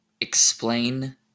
explain